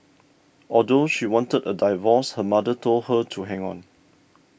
although she wanted a divorce her mother told her to hang on